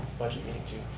budget meeting too.